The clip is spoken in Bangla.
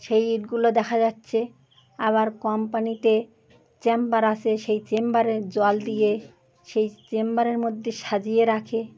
সেই ইটগুলো দেখা যাচ্ছে আবার কোম্পানিতে চেম্বার আছে সেই চেম্বারে জল দিয়ে সেই চেম্বারের মধ্যে সাজিয়ে রাখে